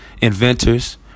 inventors